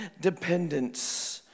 dependence